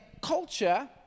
culture